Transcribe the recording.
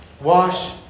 wash